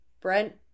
brent